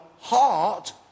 heart